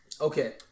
Okay